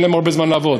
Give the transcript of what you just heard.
אין להם הרבה זמן לעבוד.